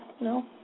No